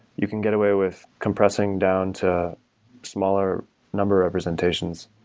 you can get away with compressing down to smaller number representations.